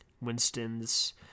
Winston's